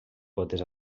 potes